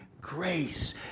grace